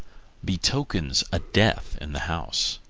betokens a death in the house.